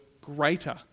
greater